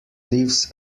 lives